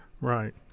Right